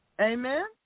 Amen